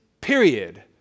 period